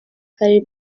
hari